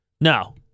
no